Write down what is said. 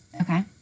okay